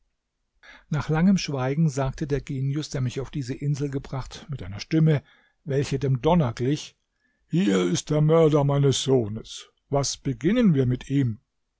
nach langem schweigen sagte der genius der mich auf diese insel gebracht mit einer stimme welche dem donner glich hier ist der mörder meines sohnes was beginnen wir mit ihm